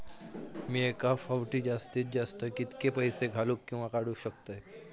मी एका फाउटी जास्तीत जास्त कितके पैसे घालूक किवा काडूक शकतय?